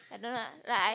I don't know like I